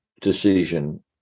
decision